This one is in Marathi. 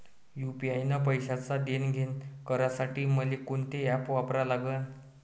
यू.पी.आय न पैशाचं देणंघेणं करासाठी मले कोनते ॲप वापरा लागन?